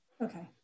okay